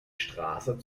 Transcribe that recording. straße